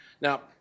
Now